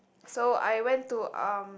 so I went to um